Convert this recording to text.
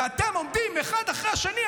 ואתם עומדים אחד אחרי השני,